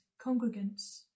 congregants